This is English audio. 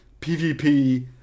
PvP